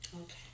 Okay